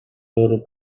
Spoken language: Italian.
loro